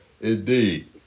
Indeed